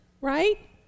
Right